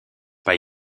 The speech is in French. pas